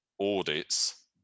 audits